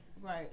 Right